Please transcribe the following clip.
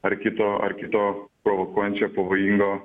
ar kito ar kito provokuojančio pavojingo